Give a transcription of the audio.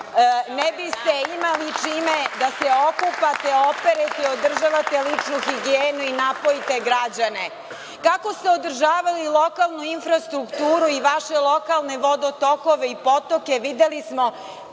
ne biste imali čime da se okupate, operete i održavate ličnu higijenu i napojite građane. Kako ste održavali lokalnu infrastrukturu i vaše lokalne vodotokove i potoke videli smo,